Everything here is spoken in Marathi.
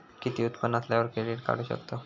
किती उत्पन्न असल्यावर क्रेडीट काढू शकतव?